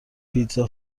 پیتزا